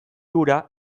hura